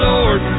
Lord